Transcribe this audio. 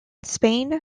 spain